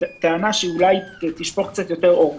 בטענה שאולי תשפוך קצת יותר אור: